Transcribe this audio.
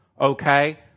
Okay